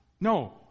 No